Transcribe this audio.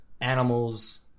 animals